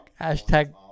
Hashtag